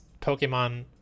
Pokemon